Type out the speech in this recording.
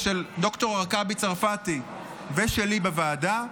ושל ד"ר הרכבי צרפתי ושלי בוועדה,